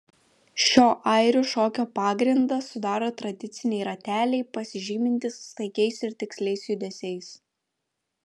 šio airių šokio pagrindą sudaro tradiciniai rateliai pasižymintys staigiais ir tiksliais judesiais